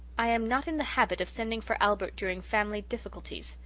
i am not in the habit of sending for albert during family difficulties,